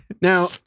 Now